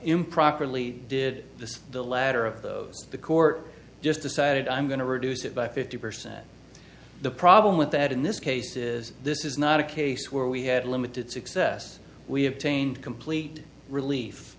improperly did this the latter of those the court just decided i'm going to reduce it by fifty percent the problem with that in this case is this is not a case where we had limited success we have changed complete relief